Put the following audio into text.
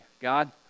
God